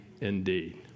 indeed